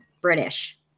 British